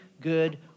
good